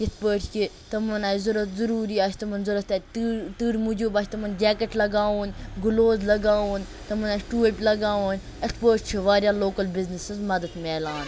اِتھ پٲٹھۍ کہِ تِمَن آسہِ ضوٚرَتھ ضوٚروٗری آسہِ تِمَن ضوٚرَتھ تَتہِ تۭر تۭرِ موٗجوب آسہِ تِمَن جیکَٹ لَگاوُن گلوز لَگاوُن تِمَن آسہِ ٹوپۍ لَگاون اِتھ پٲٹھۍ چھ واریاہ لوکَل بِزنِسَس مَدَد میلان